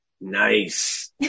Nice